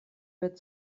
wird